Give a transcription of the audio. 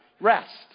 Rest